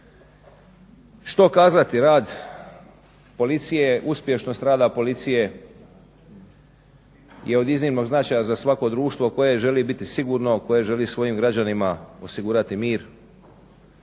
Što kazati? Rad policije, uspješnost rada policije je od iznimnog značaja za svako društvo koje želi biti sigurno, koje želi svojim građanima osigurati mir,